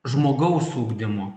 žmogaus ugdymo